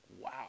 wow